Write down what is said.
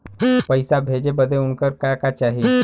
पैसा भेजे बदे उनकर का का चाही?